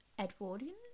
edwardian